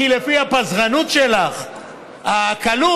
כי לפי הפזרנות שלך והקלות,